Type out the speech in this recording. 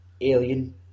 alien